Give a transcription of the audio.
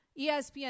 ESPN